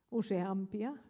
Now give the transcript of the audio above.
useampia